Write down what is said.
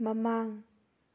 ꯃꯃꯥꯡ